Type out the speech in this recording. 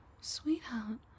Sweetheart